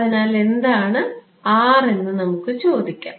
അതിനാൽ എന്താണ് R എന്ന് നമുക്ക് ചോദിക്കാം